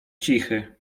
cichy